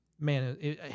man